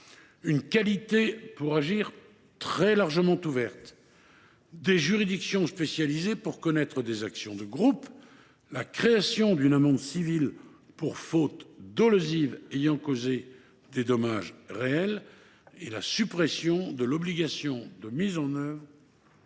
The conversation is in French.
une qualité pour agir très largement ouverte ; la désignation de juridictions spécialisées appelées à connaître des actions de groupe ; la création d’une amende civile pour faute dolosive ayant causé des dommages sériels ; la suppression de l’obligation de mise en demeure